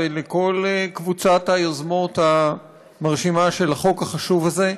ולכל קבוצת היוזמות המרשימה של החוק החשוב הזה.